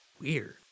weird